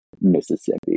Mississippi